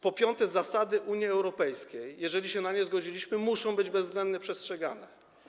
Po piąte, zasady Unii Europejskiej, jeżeli się na nie zgodziliśmy, muszą być bezwzględnie przestrzegane.